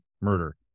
murder